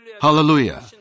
Hallelujah